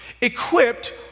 Equipped